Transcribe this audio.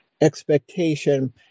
expectation